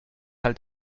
halt